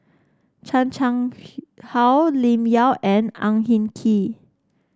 Chan Chang How Lim Yau and Ang Hin Kee